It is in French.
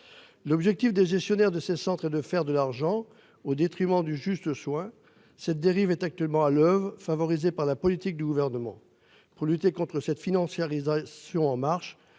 L'objectif des gestionnaires de ces centres et de faire de l'argent au détriment du juste soin cette dérive est actuellement à l'oeuvre, favorisée par la politique du gouvernement pour lutter contre cette financiarisation en marche.